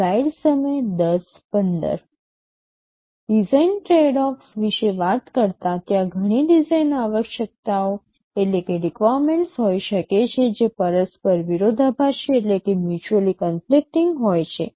design tradeoffs વિશે વાત કરતા ત્યાં ઘણી ડિઝાઇન આવશ્યકતાઓ હોઈ શકે છે જે પરસ્પર વિરોધાભાસી હોય છે